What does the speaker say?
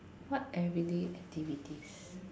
what everyday activities